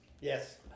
Yes